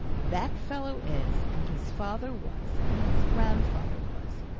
that fellow is, and his father was, and his grandfather was,